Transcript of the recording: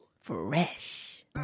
Fresh